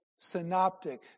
synoptic